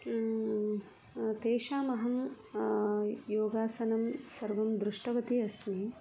तेषामहं योगासनं सर्वं दृष्टवती अस्मि